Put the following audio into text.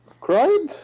cried